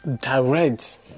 direct